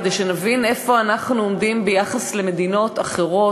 כדי שנבין איפה אנחנו עומדים ביחס למדינות אחרות,